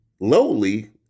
lowly